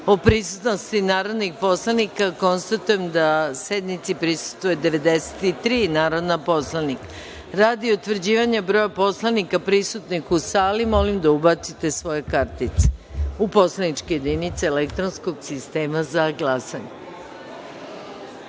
o prisutnosti narodnih poslanika, konstatujem da sednici prisustvuje 93 narodna poslanika. Radi utvrđivanja broja narodnih poslanika prisutnih u sali, molim da ubacite svoje kartice u poslaničke jedinice elektronskog sistema za